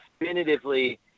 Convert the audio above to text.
definitively